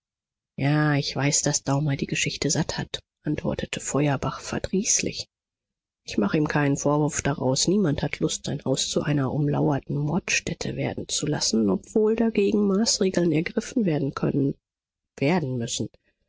ja ich weiß daß daumer die geschichte satt hat antwortete feuerbach verdrießlich ich mache ihm keinen vorwurf daraus niemand hat lust sein haus zu einer umlauerten mordstätte werden zu lassen obwohl dagegen maßregeln ergriffen werden können werden müssen